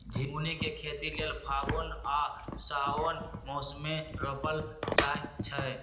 झिगुनी के खेती लेल फागुन आ साओंन मासमे रोपल जाइ छै